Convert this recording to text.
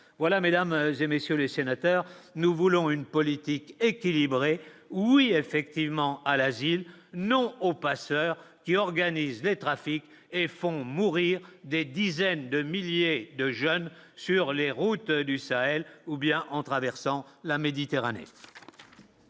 voilà Mesdames et messieurs les sénateurs, nous voulons une politique équilibrée, où il y a effectivement à l'asile, non aux passeurs qui organisent les trafics et font mourir des dizaines de milliers de jeunes sur les routes du Sahel ou bien en traversant la Méditerranée.